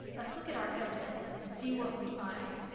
let's look at our evidence and see what we find.